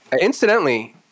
incidentally